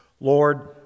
Lord